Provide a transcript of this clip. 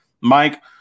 Mike –